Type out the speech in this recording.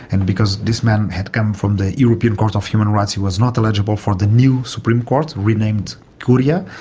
and because this man had come from the european court of human rights he was not eligible for the new supreme court renamed kuria,